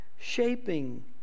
shaping